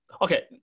okay